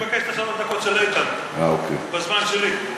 אני מבקש את שלוש הדקות של איתן לזמן שלי.